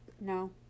no